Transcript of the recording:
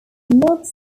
carbon